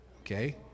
Okay